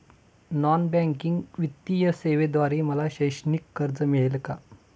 Non banking वित्तीय सेवेद्वारे मला शैक्षणिक कर्ज मिळेल का?